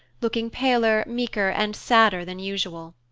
looking paler, meeker, and sadder than usual.